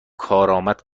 کارآمد